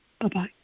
Bye-bye